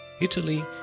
Italy